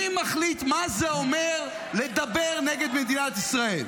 מי מחליט מה זה אומר לדבר נגד מדינת ישראל?